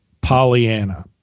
Pollyanna